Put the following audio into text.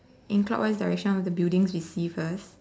in clockwise direction of the buildings you see first